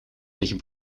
tegen